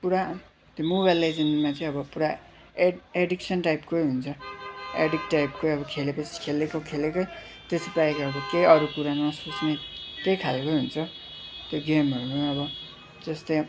अन्त पुरा त्यो मोबाइल लेजेन्डमा चाहिँ पुरा एड एडिक्सन टाइपकै हुन्छ एडिक टाइपकै खेलेपछि खेलेको खेलेकै त्यस बाहेक अब अरू कुरा नसोच्ने त्यही खालकै हुन्छ त्यो गेमहरूमा अब त्यस्तै